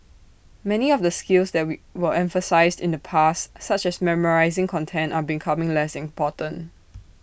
many of the skills that we were emphasised in the past such as memorising content are becoming less important